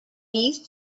these